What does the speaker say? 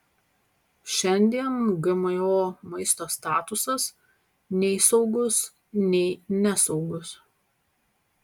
šiandien gmo maisto statusas nei saugus nei nesaugus